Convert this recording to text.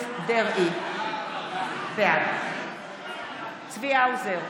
בעד צבי האוזר,